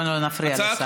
בואו לא נפריע לשר.